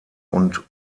und